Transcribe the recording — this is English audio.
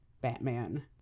Batman